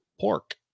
pork